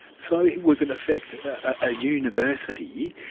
so it was in effect a university,